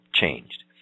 changed